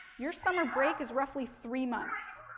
your summer break is roughly three months.